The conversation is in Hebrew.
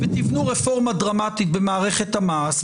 ותבנו רפורמה דרמטית במערכת המס,